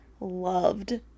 loved